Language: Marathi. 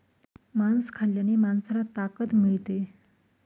मांस खाल्ल्याने माणसाला ताकद मिळते